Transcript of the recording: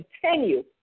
continue